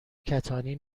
کتانی